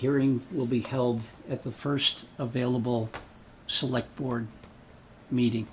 hearing will be held at the first available select board meeting